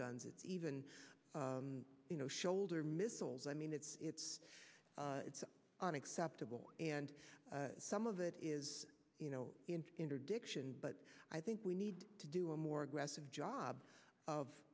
guns it's even you know shoulder missiles i mean it's it's it's unacceptable and some of it is you know interdiction but i think we need to do a more aggressive job of